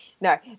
No